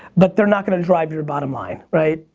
but they're not going to drive your bottom line, right?